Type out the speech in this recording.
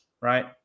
right